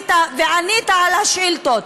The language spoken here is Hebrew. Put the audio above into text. כשעלית וענית על השאילתות,